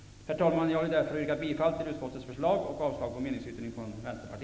Herr talman! Jag vill därför yrka bifall till utskottets förslag och avslag på meningsyttringen från